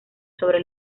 sobre